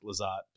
Lazat